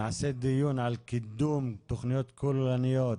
נעשה דיון על קידום תכניות כוללניות,